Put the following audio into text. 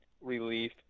relief